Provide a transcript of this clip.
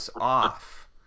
off